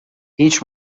هیچ